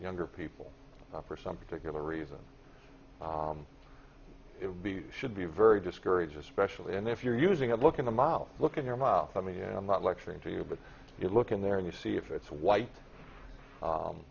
younger people for some particular reason it would be should be very discouraging especially and if you're using a look in the mouth look in your mouth i mean i'm not lecturing to you but you look in there and you see if it's white